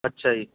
ਅੱਛਾ ਜੀ